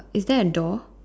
is there a door